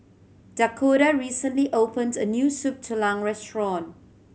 Dakoda recently opened a new Soup Tulang restaurant